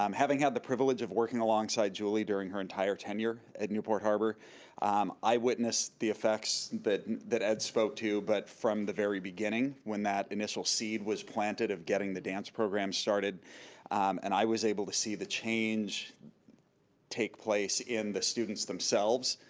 um having had the privilege of working alongside julie during her entire ten year at newport harbor i witnessed the effects that and that ed spoke to, but from the very beginning when that initial seed was planted of getting the dance program started and i was able to see the change take place in the students themselves,